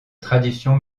tradition